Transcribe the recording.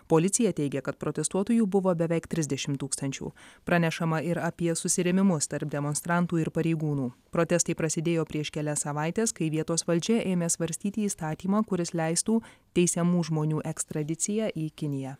policija teigia kad protestuotojų buvo beveik trisdešim tūkstančių pranešama ir apie susirėmimus tarp demonstrantų ir pareigūnų protestai prasidėjo prieš kelias savaites kai vietos valdžia ėmė svarstyti įstatymą kuris leistų teisiamų žmonių ekstradiciją į kiniją